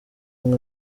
umwe